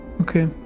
okay